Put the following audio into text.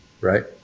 right